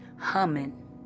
humming